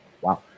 Wow